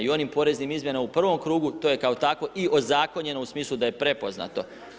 I onim poreznim izmjenama u prvom krugu to je kao takvo i ozakonjeno u smislu da je prepoznato.